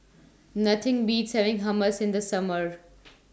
Nothing Beats having Hummus in The Summer